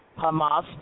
Hamas